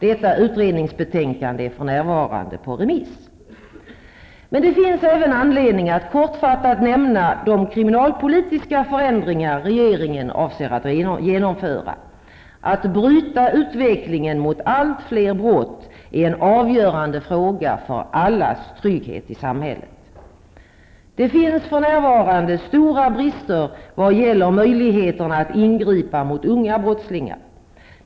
Detta utredningsbetänkande är för närvarande på remiss. Det finns även anledning att kortfattat nämna de kriminalpolitiska förändringar regeringen avser att genomföra. Att bryta utvecklingen mot allt fler brott är en avgörande fråga för allas trygghet i samhället. Det finns för närvarande stora brister vad gäller möjligheterna att ingripa mot unga brottslingar.